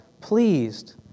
pleased